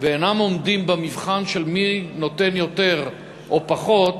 ואינן עומדות במבחן של מי נותן יותר או פחות,